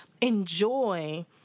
enjoy